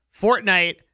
Fortnite